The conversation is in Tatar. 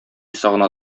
сагына